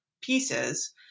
pieces